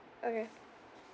okay